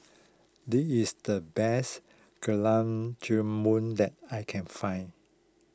this is the best Gulab Jamun that I can find